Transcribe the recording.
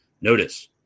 Notice